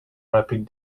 rapid